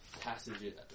passages